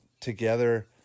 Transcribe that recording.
together